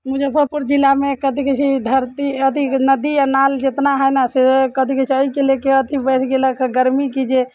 मुजफ्फरपुर जिलामे कथि कहै छै ई धरती अथि नदी आओर नाल जेतना हय नऽ से कथि कहै छै एहिके लेके अथि बढ़ि गेलक हँ गर्मी कि जे